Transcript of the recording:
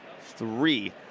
three